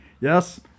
Yes